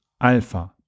Alpha